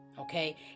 Okay